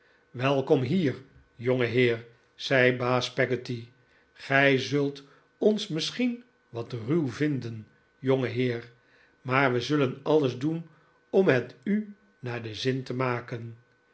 welkom hier jongeheer zei baas peggotty gij zult ons misschien wat ruw vinden jongeheer maar we zullen alles doen om het u naar den zin te maken